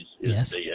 yes